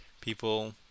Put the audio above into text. people